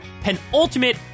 penultimate